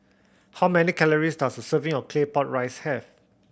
how many calories does a serving of Claypot Rice have